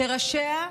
שראשיה,